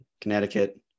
Connecticut